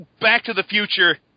back-to-the-future